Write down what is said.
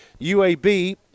UAB